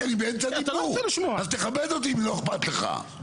כי אני באמצע דיבור אז תכבד אותי אם לא איכפת לך.